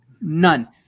none